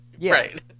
Right